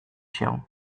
się